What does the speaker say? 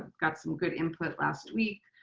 got some good input last week.